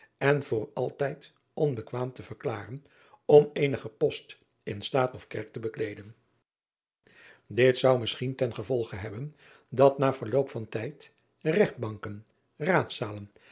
en voor altijd onbekwaam te verklaren om eenigen post in taat of erk te bekleeden it zou misschien ten gevolge hebben dat na verloop van tijd egtbanken